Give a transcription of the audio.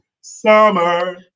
Summer